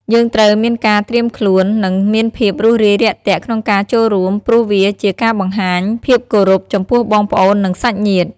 យើងត្រូវមានការត្រៀមខ្លួន និងមានភាពរួសរាយរាក់ទាក់ក្នុងការចូលរួម ព្រោះវាជាការបង្ហាញភាពគោរពចំពោះបងប្អូន និងសាច់ញាតិ។